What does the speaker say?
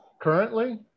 currently